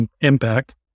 impact